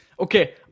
Okay